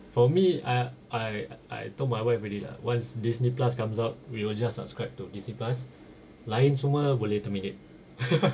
for me I I I told my wife already lah once Disney plus comes out we will just subscribe to Disney plus lain semua boleh terminate